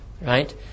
Right